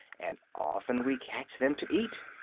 and often we catch them to eat.